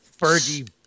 Fergie